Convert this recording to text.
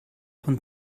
von